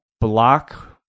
block